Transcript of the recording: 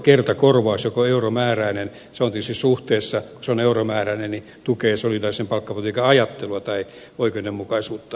se tietysti suhteessa kun se on euromääräinen tukee solidaarisen palkkapolitiikan ajattelua tai oikeudenmukaisuutta